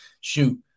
shoot